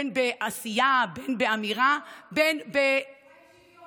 בין בעשייה, בין באמירה, מה עם שוויון?